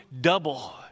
Double